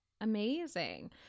Amazing